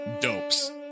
Dopes